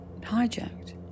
hijacked